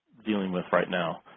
dealing with right now.